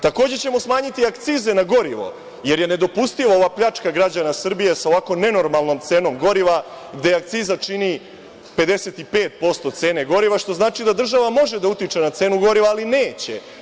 Takođe ćemo smanjiti akcize na gorivo, jer je nedopustiva ova pljačka građana Srbije sa ovako nenormalnom cenom goriva, gde akciza čini 55% cene goriva, što znači da država može da utiče na cenu goriva, ali neće.